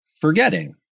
forgetting